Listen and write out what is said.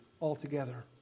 altogether